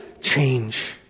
change